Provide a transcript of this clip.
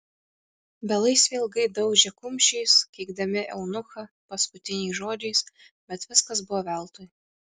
belaisviai ilgai daužė kumščiais keikdami eunuchą paskutiniais žodžiais bet viskas buvo veltui